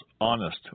honest